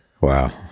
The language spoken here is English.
Wow